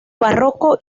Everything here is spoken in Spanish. barroco